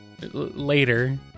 later